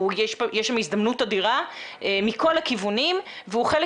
יש שם הזדמנות אדירה מכל הכיוונים והוא חלק